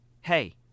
hey